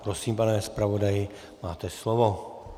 Prosím, pane zpravodaji, máte slovo.